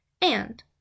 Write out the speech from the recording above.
And